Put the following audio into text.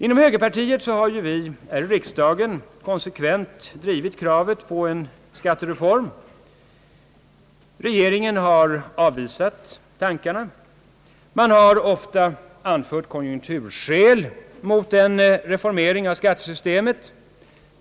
Inom högerpartiet har vi här i riksdagen konsekvent drivit kravet på en skattereform. Regeringen har avvisat dessa förslag. Man har ofta anfört konjunkturskäl mot en reformering av skattesystemet.